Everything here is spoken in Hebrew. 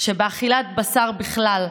שבאכילת בשר בכלל,